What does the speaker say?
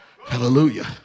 hallelujah